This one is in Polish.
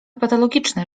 patologiczne